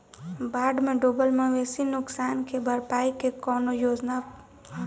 बाढ़ में डुबल मवेशी नुकसान के भरपाई के कौनो योजना वा?